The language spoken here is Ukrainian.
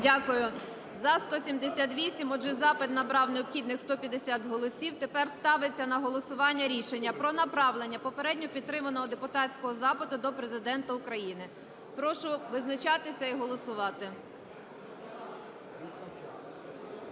Дякую. За - 178. Отже, запит набрав необхідних 150 голосів. Тепер ставиться на голосування рішення про направлення попередньо підтриманого депутатського запиту до Президента України. Прошу визначатися і голосувати.